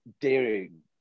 daring